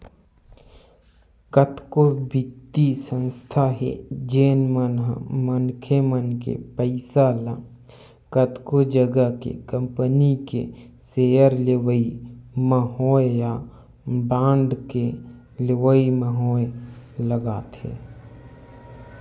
कतको बित्तीय संस्था हे जेन मन ह मनखे मन के पइसा ल कतको जघा के कंपनी के सेयर लेवई म होय या बांड के लेवई म होय लगाथे